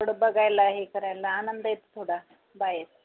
थोडं बघायला हे करायला आनंद येतो थोडा बाहेर